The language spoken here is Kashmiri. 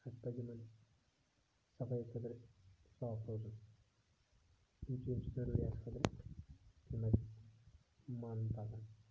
اَسہِ پَزِ یِمَن صفٲیی خٲطرٕ صاف روزُن یِم چیٖز چھِ ضروٗری اَسہِ خٲطرٕ یِم اَسہِ مانٕنۍ پَزَن